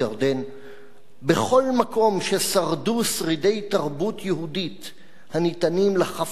"בכל מקום ששרדו שרידי תרבות יהודית הניתנים לחפירה ולחשיפה,